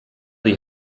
die